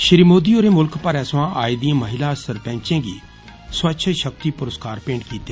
श्री मोदी होरें मुल्ख भरै सवां आए दिए महिला सरपंचें गी स्वच्छ षक्ति पुरस्कार भेंट कीते